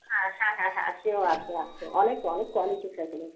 হ্যাঁ হ্যাঁ হ্যাঁ হ্যাঁ সে আছে আছে অনেক অনেক কোয়ালিটি সাইকেলের